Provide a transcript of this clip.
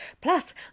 Plus